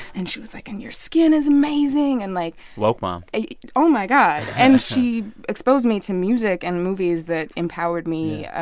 and she was like and your skin is amazing, and like. woke mom oh, my god. and she exposed me to music and movies that empowered me